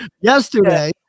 yesterday